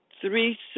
three